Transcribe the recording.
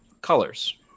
colors